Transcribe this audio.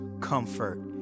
comfort